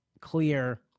clear